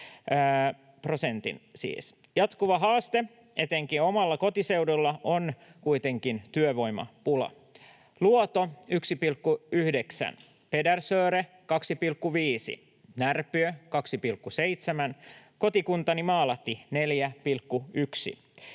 Jatkuva haaste, etenkin omalla kotiseudullani, on kuitenkin työvoimapula: Luoto 1,9, Pedersöre 2,5, Närpiö 2,7, kotikuntani Maalahti 4,1